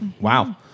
Wow